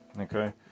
okay